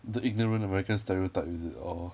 the ignorant american stereotype is it or